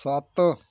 ਸੱਤ